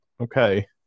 okay